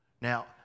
Now